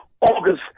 August